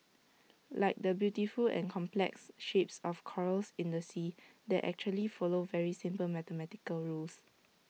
like the beautiful and complex shapes of corals in the sea that actually follow very simple mathematical rules